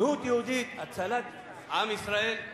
זהות יהודית, הצלת עם ישראל.